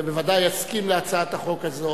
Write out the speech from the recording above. ובוודאי יסכים להצעת החוק הזו.